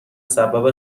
سبب